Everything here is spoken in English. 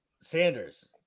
Sanders